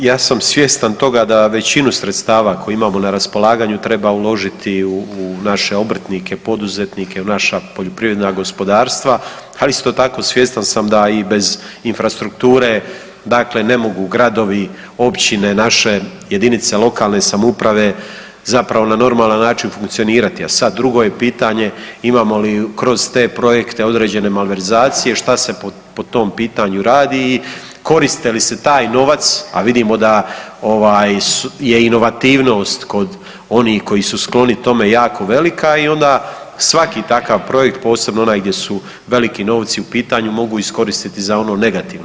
Pa ja sam svjestan toga da većinu sredstava koje imamo na raspolaganju, treba uložiti u naše obrtnike, u poduzetnike, u naša poljoprivredna gospodarstva, ali isto tako svjestan sam da i bez infrastrukture dakle ne mogu gradovi, općine, naše jedinice lokalne samouprave zapravo na normalan način funkcionirati jer sad drugo je pitanje imamo li kroz te projekte određene malverzacije, šta se po tom pitanju radi i koristi li se taj novac a vidimo da je inovativnost kod onih koji su skloni tome jako velika i onda svaki takav projekt, posebno onaj gdje su veliki novci u pitanju, mogu iskoristiti za ono negativno.